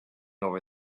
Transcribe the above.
over